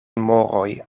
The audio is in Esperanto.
moroj